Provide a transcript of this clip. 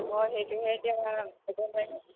মই সেইটোহে এতিয়া ক'ব নোৱাৰিম